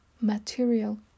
material